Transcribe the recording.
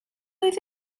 oedd